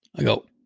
i go,